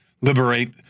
liberate